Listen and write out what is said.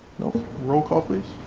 no, roll call please.